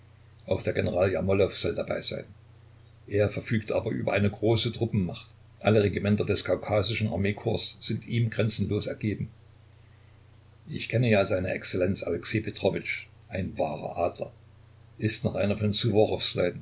auch der general jermolow soll dabei sein er verfügt aber über eine große truppenmacht alle regimenter des kaukasischen armeekorps sind ihm grenzenlos ergeben ich kenne ja seine exzellenz alexej petrowitsch ein wahrer adler ist noch einer von